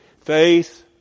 Faith